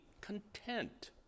content